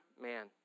man